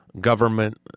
government